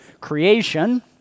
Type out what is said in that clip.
creation